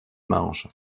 manches